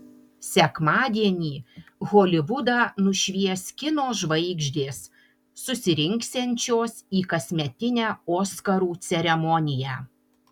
sekmadienį holivudą nušvies kino žvaigždės susirinksiančios į kasmetinę oskarų ceremoniją